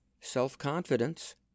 self-confidence